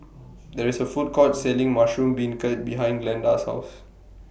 There IS A Food Court Selling Mushroom Beancurd behind Glenda's House